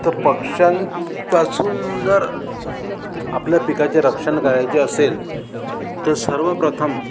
तर पक्ष्यांपासून जर आपल्या पिकाचे रक्षण करायचे असेल तर सर्वप्रथम